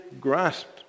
grasped